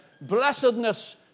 blessedness